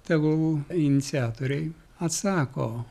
tegul iniciatoriai atsako